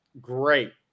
great